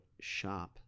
sharp